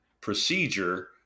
procedure